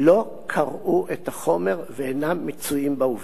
לא קראו את החומר ואינם מצויים בעובדות.